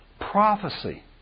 prophecy